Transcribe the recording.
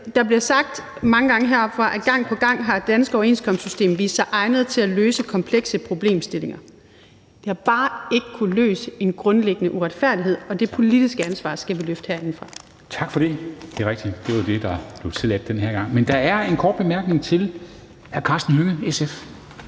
Der bliver sagt mange gange heroppefra, at det danske overenskomstsystem gang på gang har vist sig egnet til at løse komplekse problemstillinger, men det har bare ikke kunnet løse en grundlæggende uretfærdighed, og det politiske ansvar skal vi løfte herindefra. Kl. 19:32 Formanden (Henrik Dam Kristensen): Tak for det. Det er rigtigt, at det var det, der blev tilladt den her gang. Men der er en kort bemærkning fra hr. Karsten Hønge, SF.